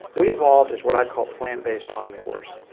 we evolved as what i call plant based omnivores.